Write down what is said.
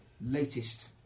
latest